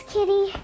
Kitty